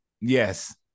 Yes